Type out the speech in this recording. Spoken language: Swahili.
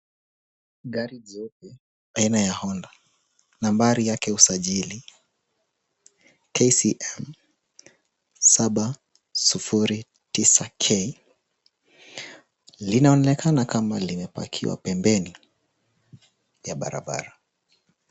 Gari jeupe aina ya honda nambari yake ya usajili KCM 709K.Linaonekana kama limepakiwa pembeni ya Barbara.